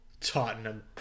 Tottenham